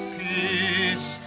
peace